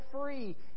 free